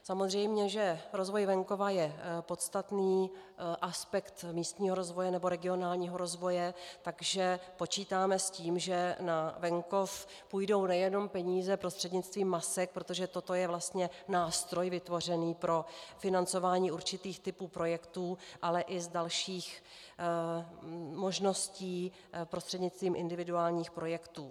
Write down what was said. Je samozřejmé, že rozvoj venkova je podstatný aspekt místního rozvoje nebo regionálního rozvoje, takže počítáme s tím, že na venkov půjdou nejen peníze prostřednictvím MASek, protože toto je vlastně nástroj vytvoření pro financování určitých typů projektů, ale i z dalších možností prostřednictvím individuálních projektů.